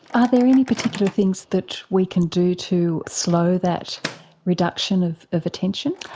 are there any particular things that we can do to slow that reduction of of attention?